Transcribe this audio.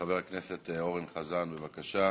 חבר הכנסת אורן חזן, בבקשה.